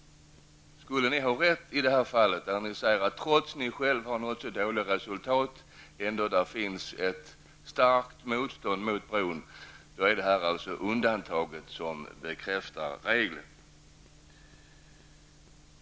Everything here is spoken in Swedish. Om de har rätt i det här fallet, trots att de har nått så dåliga resultat, i att det finns ett så starkt motstånd mot bron, är det undantaget som bekräftar regeln.